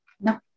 No